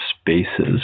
spaces